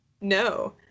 No